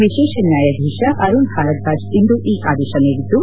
ವಿಶೇಷ ನ್ನಾಯಾಧೀಶ ಅರುಣ್ ಭಾರದ್ನಾಜ್ ಇಂದು ಈ ಆದೇಶ ನೀಡಿದ್ದು